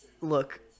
look